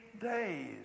days